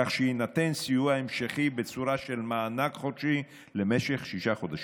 כך שיינתן סיוע המשכי בצורה של מענק חודשי למשך שישה חודשים.